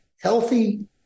healthy